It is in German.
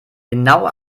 genau